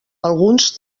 alguns